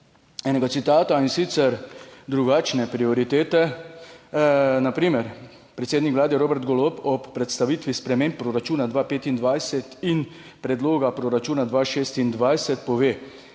enega citata, in sicer drugačne prioritete, na primer predsednik Vlade Robert Golob ob predstavitvi sprememb proračuna 2025 in predloga proračuna 2026 pove,